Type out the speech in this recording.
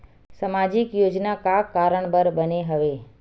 सामाजिक योजना का कारण बर बने हवे?